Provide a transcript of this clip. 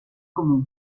comú